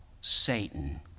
Satan